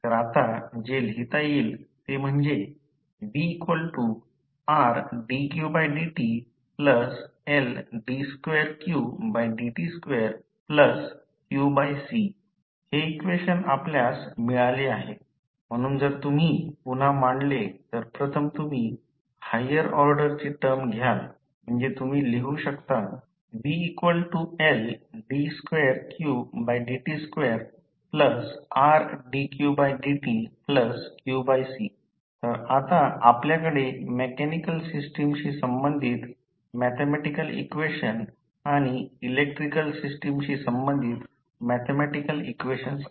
तर आता जे लिहिता येईल ते VRdqdtLd2qdt2qC हे इक्वेशन आपल्यास मिळाले आहे म्हणून जर तुम्ही पुन्हा मांडले तर प्रथम तुम्ही हायर ऑर्डरची टर्म घ्याल म्हणजे तुम्ही लिहू शकता VLd2qdt2RdqdtqC तर आता आपल्याकडे मेकॅनिकल सिस्टमशी संबंधित मॅथॅमॅटिकल इक्वेशन आणि इलेक्ट्रिकल सिस्टमशी संबंधित मॅथॅमॅटिकल इक्वेशन आहेत